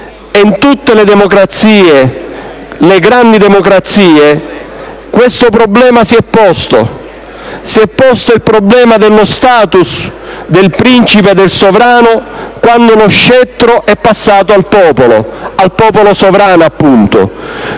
e in tutte le democrazie, le grandi democrazie, questo problema si è posto. Si è posto il problema dello *status* del principe o del sovrano quando lo scettro è passato al popolo, al popolo sovrano, appunto.